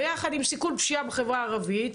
ביחד עם סיכון פשיעה בחברה הערבית,